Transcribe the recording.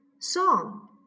Song